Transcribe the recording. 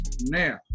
now